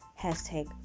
Hashtag